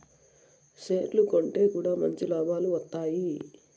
షేర్లు కొంటె కూడా మంచి లాభాలు వత్తాయి